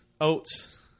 Oats